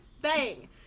Bang